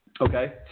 Okay